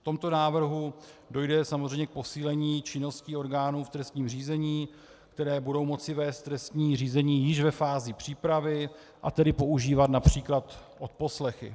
V tomto návrhu dojde samozřejmě k posílení činnosti orgánů v trestním řízení, které budou moci vést trestní řízení již ve fázi přípravy, a tedy používat například odposlechy.